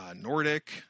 Nordic